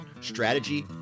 strategy